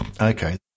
okay